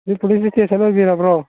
ꯁꯤ police station ꯑꯣꯕꯤꯔꯕ꯭ꯔꯣ